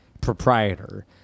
proprietor